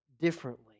differently